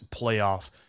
playoff